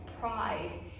pride